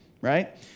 right